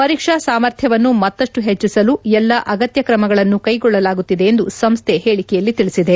ಪರೀಕ್ಷಾ ಸಾಮರ್ಥ್ಯವನ್ನು ಮತ್ತಷ್ಟು ಹೆಚ್ಚಿಸಲು ಎಲ್ಲ ಅಗತ್ಯ ಕ್ರಮಗಳನ್ನು ಕೈಗೊಳ್ಳಲಾಗುತ್ತಿದೆ ಎಂದು ಸಂಸ್ಥೆ ಹೇಳಿಕೆಯಲ್ಲಿ ತಿಳಿಸಿದೆ